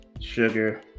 sugar